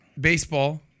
baseball